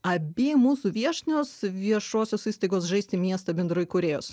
abi mūsų viešnios viešosios įstaigos žaisti miestą bendraįkūrėjos